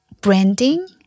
branding